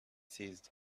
seized